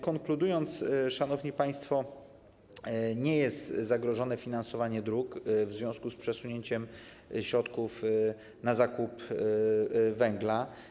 Konkludując, szanowni państwo: nie jest zagrożone finansowanie dróg w związku z przesunięciem środków na zakup węgla.